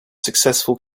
successful